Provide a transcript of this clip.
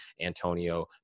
Antonio